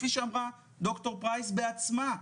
כפי שאמרה ד"ר פרייס בעצמה,